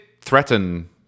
threaten